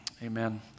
Amen